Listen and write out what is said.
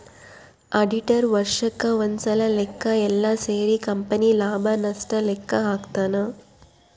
auditor ವರ್ಷಕ್ ಒಂದ್ಸಲ ಲೆಕ್ಕ ಯೆಲ್ಲ ಸೇರಿ ಕಂಪನಿ ಲಾಭ ನಷ್ಟ ಲೆಕ್ಕ ಹಾಕ್ತಾನ